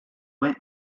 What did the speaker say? went